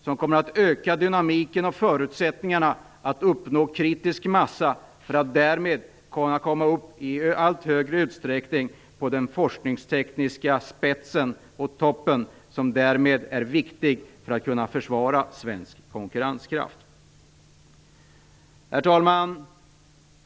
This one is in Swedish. Det kommer att öka dynamiken och förutsättningarna för att uppnå en kritisk massa för att därmed i allt högre utsträckning komma upp på den forskningstekniska spetsen på toppen som är så viktigt för att försvara svensk konkurrenskraft. Herr talman!